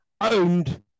owned